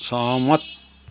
सहमत